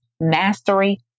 mastery